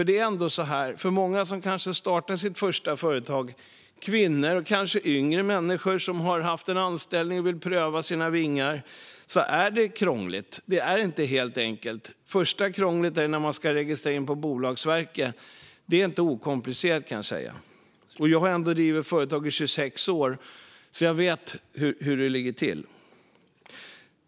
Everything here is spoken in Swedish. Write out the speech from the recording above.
Det är ju så att för många som startar sitt första företag, kvinnor och kanske yngre som haft en anställning och vill pröva sina vingar, är det krångligt. Det är inte helt enkelt. Första krånglet är när man ska registrera sig hos Bolagsverket. Det är inte okomplicerat, kan jag säga - och jag har drivit företag i 26 år, så jag vet hur det ligger till.